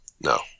No